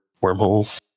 wormholes